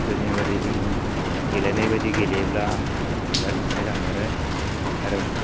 गोदोनि बादि जोंनि गेलेनायबादि गेलेब्ला आं बिराथ मोजां मोनो आरो